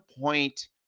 point